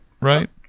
right